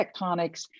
tectonics